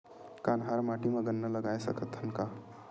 कन्हार माटी म गन्ना लगय सकथ न का?